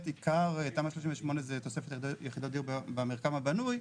עיקר תמ"א 38 זה תוספת יחידות דיור במרקם הבנוי,